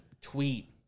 tweet